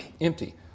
empty